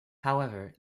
however